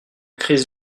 crise